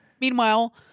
Meanwhile